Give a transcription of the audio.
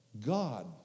God